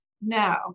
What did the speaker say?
no